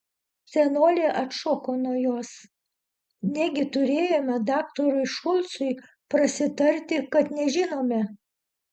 senolė atšoko nuo jos negi turėjome daktarui šulcui prasitarti kad nežinome